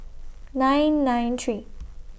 nine nine three